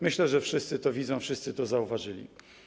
Myślę, że wszyscy to widzą, wszyscy to zauważyli.